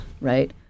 right